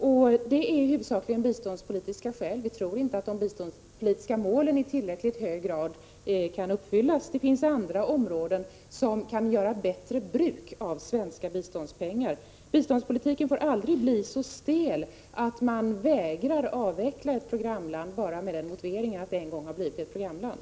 Skälen är huvudsakligen biståndspolitiska. Vi tror inte att de biståndspolitiska målen i tillräckligt hög grad kan uppfyllas. Det finns andra områden som kan göra bättre bruk av svenska biståndspengar. Biståndspolitiken får aldrig bli så stel att man vägrar att avveckla ett programland bara med motiveringen att landet en gång har blivit ett programland.